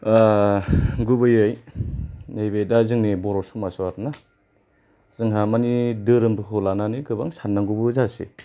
गुबैयै नैबे दा जोंनि बर' समाजाव आरोना जोंहा माने धोरोमफोरखौ लानानै गोबां साननांगौबो जाबाय